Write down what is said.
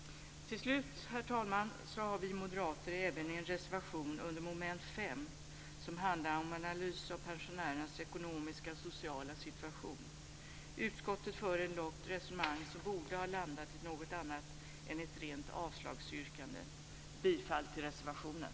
Till slut, herr talman, har vi moderater även en reservation under mom. 5 som handlar om analys av pensionärernas ekonomiska och sociala situation. Utskottet för ett långt resonemang som borde ha landat i något annat än ett rent avslagsyrkande. Jag yrkar bifall till reservationen.